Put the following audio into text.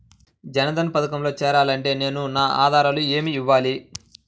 జన్ధన్ పథకంలో చేరాలి అంటే నేను నా ఆధారాలు ఏమి ఇవ్వాలి?